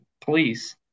Police